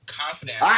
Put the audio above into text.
confident